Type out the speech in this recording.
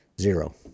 Zero